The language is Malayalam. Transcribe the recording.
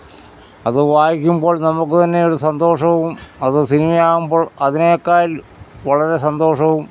അത് വായിക്കുമ്പോൾ നമുക്ക് തന്നെ ഒരു സന്തോഷവും അത് സിനിമയാവുമ്പോൾ അതിനേക്കാൽ വളരെ സന്തോഷവും